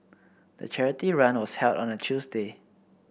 the charity run was held on a Tuesday